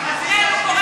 ב"הארץ"?